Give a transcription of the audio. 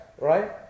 Right